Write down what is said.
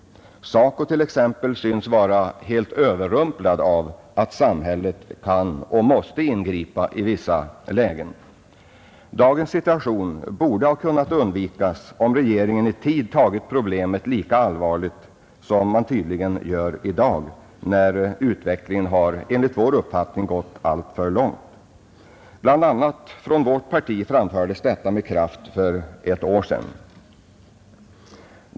SACO t.ex. synes vara helt överrumplat av att samhället kan och måste ingripa i vissa lägen. Dagens situation borde ha kunnat undvikas om regeringen i tid tagit problemet lika allvarligt som man tydligen gör för närvarande när utvecklingen enligt vår uppfattning gått alltför långt och borde ha kunnat förebyggas. Bl. a. från vårt parti framfördes detta med kraft för ett år sedan.